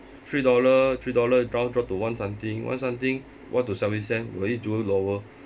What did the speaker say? three dollar three dollar now drop to one something one something went to seventy cent will it lower